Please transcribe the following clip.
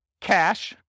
cash